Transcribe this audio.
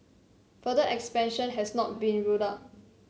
further expansion has not been ruled out